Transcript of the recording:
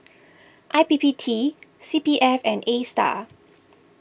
I P P T C P F and Astar